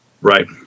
Right